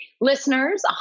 listeners